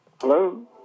Hello